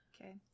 Okay